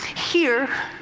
here,